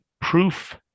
proof